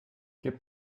gib